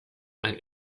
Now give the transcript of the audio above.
ein